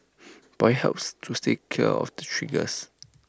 but IT helps to steer clear of the triggers